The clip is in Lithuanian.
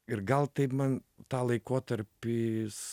ir gal taip man tą laikotarpis